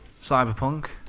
Cyberpunk